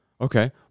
okay